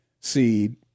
seed